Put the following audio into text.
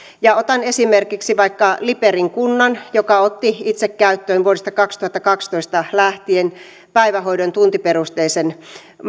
otan esimerkiksi vaikka liperin kunnan joka otti itse käyttöön vuodesta kaksituhattakaksitoista lähtien päivähoidon tuntiperusteisen